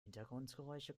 hintergrundgeräusche